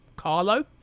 Carlo